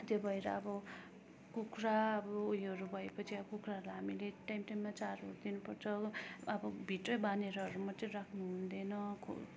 त्यो भएर अब कुखुरा अब योहरू भएपछि अब कुखुराहरूलाई हामीले टाइम टाइममा चारो दिनुपर्छ हो अब भित्रै बाँधेरहरू मात्रै राख्नु हुँदैन खो